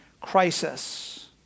crisis